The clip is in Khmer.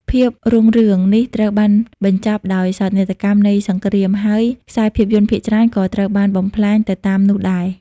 ភាពរុងរឿងនេះត្រូវបានបញ្ចប់ដោយសោកនាដកម្មនៃសង្គ្រាម ហើយខ្សែភាពយន្តភាគច្រើនក៏ត្រូវបានបំផ្លាញទៅតាមនោះដែរ។